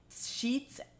sheets